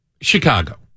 Chicago